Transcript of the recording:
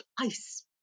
ice